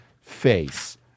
face